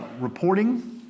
Reporting